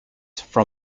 from